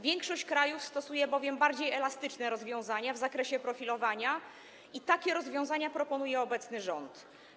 Większość krajów wykorzystuje bowiem bardziej elastyczne rozwiązania w zakresie profilowania i takie rozwiązania proponuje obecny rząd.